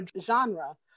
genre